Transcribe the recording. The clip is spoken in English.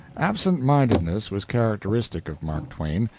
absent-mindedness was characteristic of mark twain.